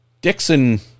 Dixon